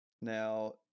Now